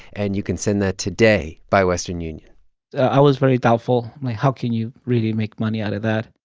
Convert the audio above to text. and you can send that today by western union i was very doubtful. like, how can you really make money out of that?